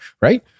right